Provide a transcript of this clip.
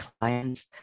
clients